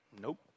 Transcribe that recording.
Nope